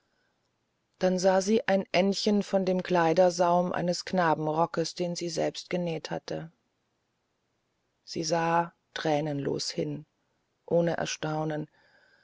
da sah sie ein endchen von dem kleidersaum eines knabenrockes den sie selbst genäht hatte sie sah tränenlos hin ohne erstaunen